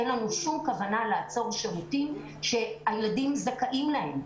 אין לנו שום כוונה לעצור שירותים שהילדים זכאים אליהם.